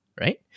right